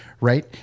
Right